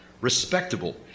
respectable